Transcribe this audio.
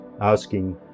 asking